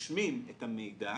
רושמים את המידע,